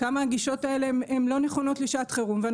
כמה הגישות האלה הן לא נכונות לשעת חירום,